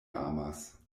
amas